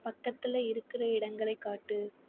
பக்கத்தில் இருக்கிற இடங்களைக் காட்டு